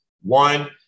one